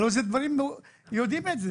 הלוא, אלה דברים שיודעים אותם,